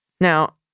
Now